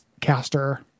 caster